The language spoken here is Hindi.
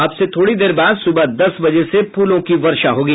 अब से थोड़ी देर बाद सुबह दस बजे से फूलों की वर्षा होगी